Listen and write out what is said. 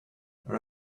our